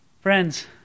Friends